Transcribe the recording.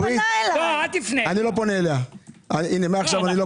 אני לא פונה אליה מעכשיו.